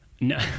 No